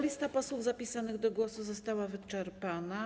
Lista posłów zapisanych do głosu została wyczerpana.